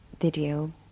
video